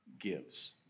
gives